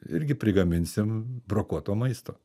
irgi prigaminsim brokuoto maisto